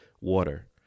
water